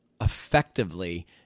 effectively